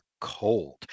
cold